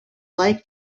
like